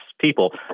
people